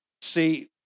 See